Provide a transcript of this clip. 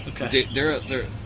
Okay